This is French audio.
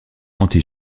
anti